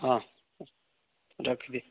ହଁ ରଖିଲି